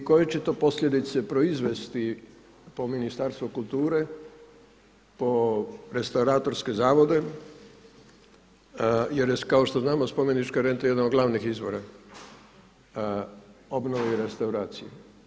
I koje će to posljedice proizvesti po Ministarstvo kulture, po restauratorske zavode jer je kao što znamo spomenička renta jedan od glavnih izvora obnove i restauracije.